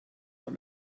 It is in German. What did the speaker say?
von